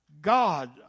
God